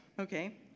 Okay